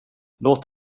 låt